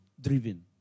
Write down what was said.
driven